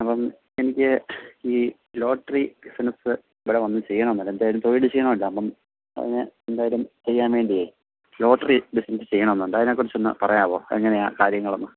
അപ്പം എനിക്ക് ഈ ലോട്ടറി ബിസിനസ്സ് ഇവിടെ വന്നു ചെയ്യണം എന്നുണ്ട് എന്തെങ്കിലും തൊഴിൽ ചെയ്യണമല്ലോ അപ്പം അങ്ങനെ എന്തായാലും ചെയ്യാൻ വേണ്ടിയേ ലോട്ടറി ബിസിനസ്സ് ചെയ്യണം എന്നുണ്ട് അതിനെ കുറിച്ചൊന്ന് പറയാമോ എങ്ങനെയാണ് കാര്യങ്ങളെന്ന്